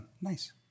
Nice